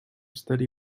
steady